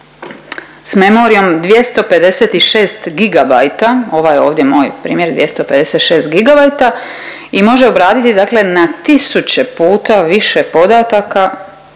s memorijom 256 gigabajta, ovaj ovdje moj primjer 256 gigabajta i može obraditi dakle na tisuće puta više podataka